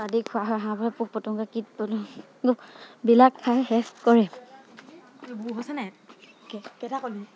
আদি খোৱা হয় হাঁহবোৰে পোক পতংগ কীট বিলাক খাই শেষ কৰে